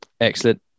Excellent